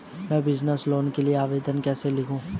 मैं business loan के लिए आवेदन कैसे लिखूँ?